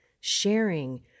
sharing